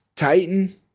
Titan